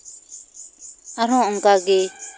ᱟᱨᱦᱚᱸ ᱚᱝᱠᱟ ᱜᱮ